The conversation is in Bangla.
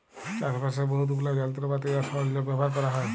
চাষবাসের বহুত গুলা যলত্রপাতি আর সরল্জাম ব্যাভার ক্যরা হ্যয়